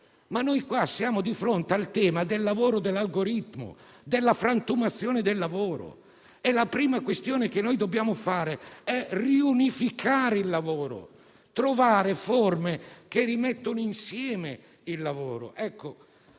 ma noi siamo di fronte al tema del lavoro dell'algoritmo e della frantumazione del lavoro. La prima questione che dobbiamo affrontare è riunificare il lavoro e trovare forme che rimettano insieme il lavoro.